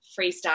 freestyle